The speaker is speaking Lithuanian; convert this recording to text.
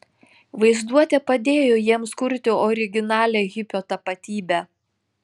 vaizduotė padėjo jiems kurti originalią hipio tapatybę